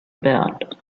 about